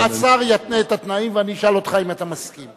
השר יתנה את התנאים, ואני אשאל אותך אם אתה מסכים.